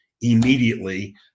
immediately